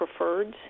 preferreds